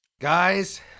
guys